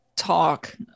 talk